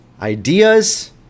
ideas